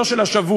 מזכיר: